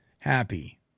happy